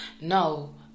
No